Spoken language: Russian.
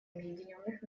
объединенных